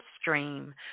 stream